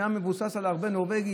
שהיה מבוסס על הרבה נורבגים.